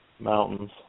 Mountains